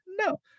No